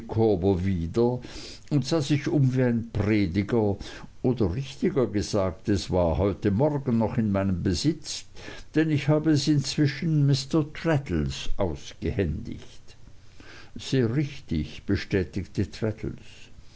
wieder und sah sich um wie ein prediger oder richtiger gesagt es war noch heute morgen in meinem besitz denn ich habe es inzwischen mr traddles ausgehändigt sehr richtig bestätigte